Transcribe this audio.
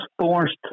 forced